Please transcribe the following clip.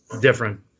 different